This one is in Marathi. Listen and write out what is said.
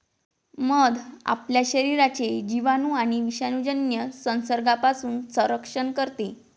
मध आपल्या शरीराचे जिवाणू आणि विषाणूजन्य संसर्गापासून संरक्षण करते